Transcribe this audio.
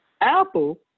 Apple